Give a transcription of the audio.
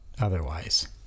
otherwise